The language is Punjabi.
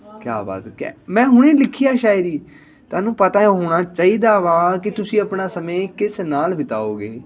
ਕਿਆ ਬਾਤ ਮੈਂ ਹੁਣੇ ਲਿਖਿਆ ਸ਼ਾਇਰੀ ਤੁਹਾਨੂੰ ਪਤਾ ਹੋਣਾ ਚਾਹੀਦਾ ਵਾ ਕਿ ਤੁਸੀਂ ਆਪਣਾ ਸਮੇਂ ਕਿਸ ਨਾਲ ਬਿਤਾਓਗੇ